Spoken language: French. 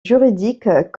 juridiques